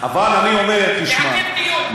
לעכב דיון.